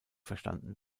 verstanden